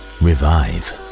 revive